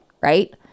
right